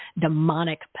demonic